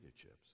chips